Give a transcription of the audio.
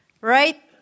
right